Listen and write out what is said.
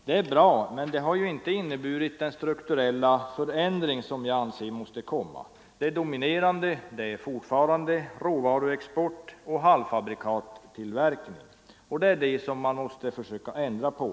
Det är bra, men det har inte inneburit den strukturella förändring som jag anser måste komma. Det dominerande är fortfarande råvaruexport och tillverkning av halvfabrikat, och det är det man måste försöka ändra på.